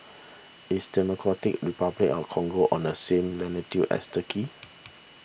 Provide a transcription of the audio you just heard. is Democratic Republic on Congo on the same latitude as Turkey